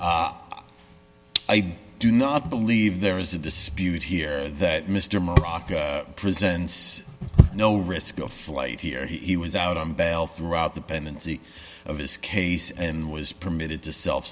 i do not believe there is a dispute here that mr mo rocca presents no risk of flight here he was out on bail throughout the pendency of his case and was permitted to self